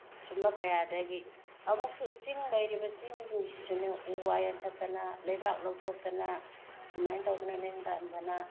ꯑꯁꯨꯝꯕ ꯀꯌꯥꯗꯒꯤ ꯑꯃꯨꯛꯁꯨ ꯆꯤꯡ ꯂꯩꯔꯤꯕ ꯆꯤꯡꯁꯤꯡ ꯁꯤꯁꯨꯅꯦ ꯎ ꯋꯥ ꯌꯥꯟꯊꯠꯇꯅ ꯂꯩꯕꯥꯛ ꯂꯧꯊꯣꯛꯇꯅ ꯁꯨꯃꯥꯏꯅ ꯇꯧꯗꯅ ꯅꯦꯝꯊꯍꯟꯗꯅ